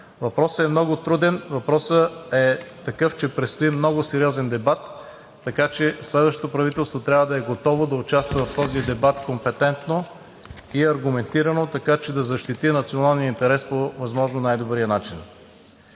Въпросът е много труден, въпросът е такъв, че предстои много сериозен дебат, така че следващото правителство трябва да е готово да участва в този дебат компетентно и аргументирано, така че да защити националния интерес по възможно най-добрия начин.